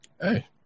Hey